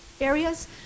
areas